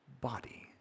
body